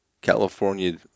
california